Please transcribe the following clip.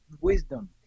wisdom